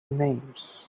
names